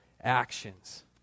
actions